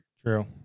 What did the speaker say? true